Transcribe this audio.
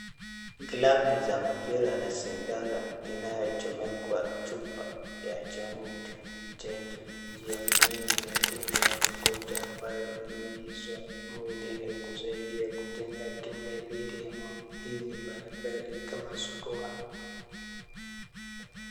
Glove za mpira na sindano inayochomekwa chupa ya chanjo, chanjo ni njia muhimu ya kinga ya magonjwa ambayo huingizwa mwilini kusaidia kujenga kinga dhidi ya maambukizi mbalimbali kama surua.